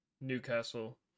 newcastle